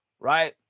right